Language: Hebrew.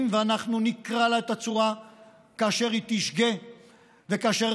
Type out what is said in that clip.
ואנחנו נקרע לה את הצורה כאשר היא תשגה וכאשר,